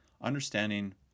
understanding